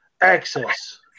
access